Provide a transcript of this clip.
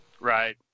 Right